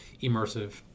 immersive